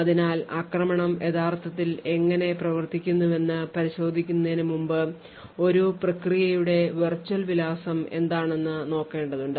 അതിനാൽ ആക്രമണം യഥാർത്ഥത്തിൽ എങ്ങനെ പ്രവർത്തിക്കുന്നുവെന്ന് പരിശോധിക്കുന്നതിന് മുമ്പ് ഒരു പ്രക്രിയയുടെ വെർച്വൽ വിലാസം എന്താണെന്നു നോക്കേണ്ടതുണ്ട്